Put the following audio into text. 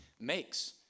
makes